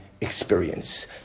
experience